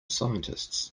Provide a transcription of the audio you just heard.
scientists